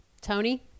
Tony